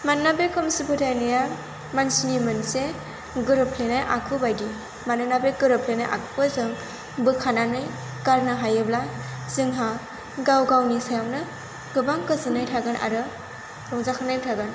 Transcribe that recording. मानोना बे खोमसि फोथायनाया मानसिनि मोनसे गोरोबफ्लेनाय आखु बायदि मानोना बे गोरोबफ्लेनाय आखुखौ जों बोखारनानै गारनो हायोब्ला जोंहा गाव गावनि सायावनो गोबां गोजोननाय थागोन आरो रंजाखांनाय थागोन